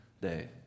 day